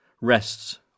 rests